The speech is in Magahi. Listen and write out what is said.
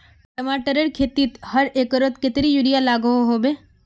टमाटरेर खेतीत हर एकड़ोत कतेरी यूरिया लागोहो होबे?